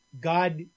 God